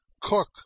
cook